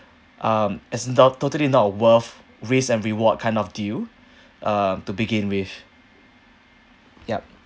um it's not totally not worth risk and reward kind of deal um to begin with yup